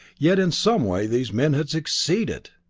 yet in some way these men had succeeded!